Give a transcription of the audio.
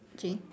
jean